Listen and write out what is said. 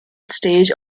stage